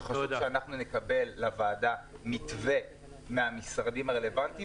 שחשוב שנקבל לוועדה מתווה מהמשרדים הרלוונטיים